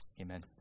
Amen